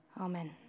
Amen